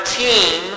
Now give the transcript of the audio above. team